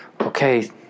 okay